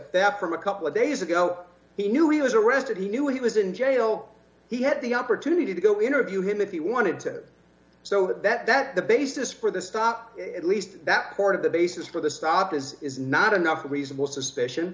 theft from a couple of days ago he knew he was arrested he knew he was in jail he had the opportunity to go interview him if he wanted to so that that the basis for the stop at least that part of the basis for the stop is is not enough reasonable suspicion